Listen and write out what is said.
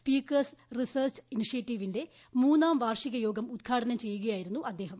speakers research ഇനിഷ്യേറ്റീവിന്റെ മൂന്നാം വാർഷിക യോഗം ഉദ്ഘാടനം ചെയ്യുകയായിരുന്നു അദ്ദേഹം